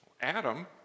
Adam